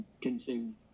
consume